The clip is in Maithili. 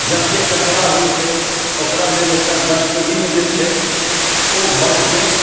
जत्ते कचरा होइ छै ओकरा लेल एकटा डस्टबिन जे छै ओ घरके